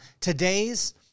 Today's